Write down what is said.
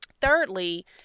Thirdly